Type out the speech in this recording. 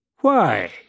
Why